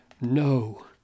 no